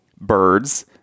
birds